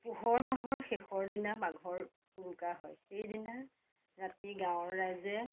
পুহৰ মাহৰ শেষৰ দিনা মাঘৰ উৰুকা হয় সেই দিনা ৰাতি গাঁৱৰ ৰাইজে